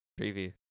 Preview